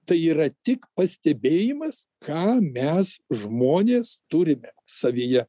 tai yra tik pastebėjimas ką mes žmonės turime savyje